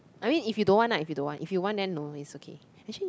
I mean if you don't want lah if you don't want if you want then no it's okay acutally